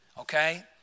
Okay